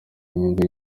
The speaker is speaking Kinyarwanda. inyungu